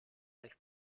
del